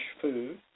food